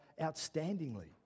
outstandingly